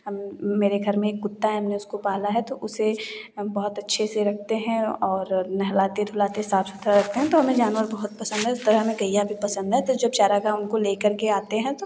मेरे घर में कुत्ता है मैं उसको पाला है तो उसे बहुत अच्छे से रखते हैं और नहलाते घुलाते साफ़ सुथरा रखते हैं तो हमें जानवर बहुत पसंद है इस तरह हमें गैया भी पसंद है तो जब चारा गाँव को लेकर के आते हैं